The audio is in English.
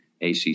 ACC